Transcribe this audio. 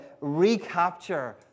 recapture